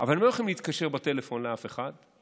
אבל הם לא יכולים להתקשר בטלפון לאף אחד,